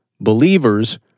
believers